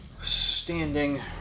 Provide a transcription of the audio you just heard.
standing